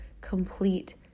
complete